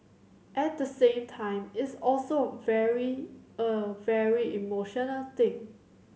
at the same time it's also very a very emotional thing